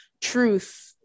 truth